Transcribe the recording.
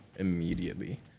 Immediately